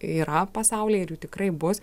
yra pasaulyje ir jų tikrai bus